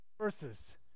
verses